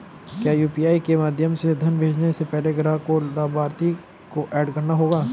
क्या यू.पी.आई के माध्यम से धन भेजने से पहले ग्राहक को लाभार्थी को एड करना होगा?